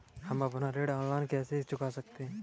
हम अपना ऋण ऑनलाइन कैसे चुका सकते हैं?